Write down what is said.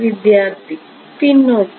വിദ്യാർത്ഥി പിന്നോട്ട്